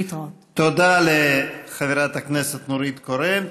תודה לחברת הכנסת נורית קורן,